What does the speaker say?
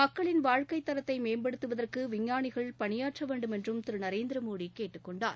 மக்களின் வாழ்க்கை தரத்தை மேம்படுத்துவதற்கு விஞ்ஞானிகள் பணியாற்ற வேண்டுமென்றும் திரு நரேந்திரமோடி கேட்டுக் கொண்டார்